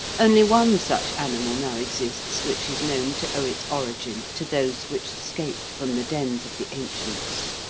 only one such animal now exists which is known to owe its origin to those which escaped from the dens of the ancients.